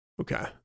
Okay